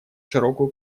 широкую